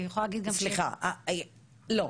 סליחה, לא.